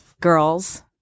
Girls